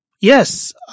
Yes